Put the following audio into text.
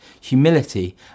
humility